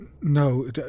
No